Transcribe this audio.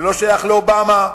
זה לא שייך לאובמה,